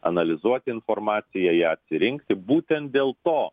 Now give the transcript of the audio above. analizuoti informaciją ją atsirinkti būtent dėl to